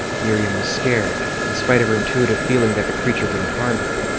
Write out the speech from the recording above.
miriam was scared, in spite of her intuitive feeling that the creature wouldn't harm her.